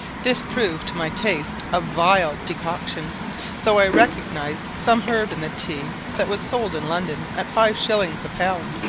this proved, to my taste, a vile decoction though i recognized some herb in the tea that was sold in london at five shillings a pound,